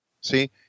See